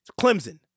Clemson